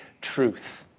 truth